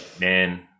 Man